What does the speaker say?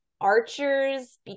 archers